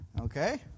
Okay